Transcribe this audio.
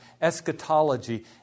eschatology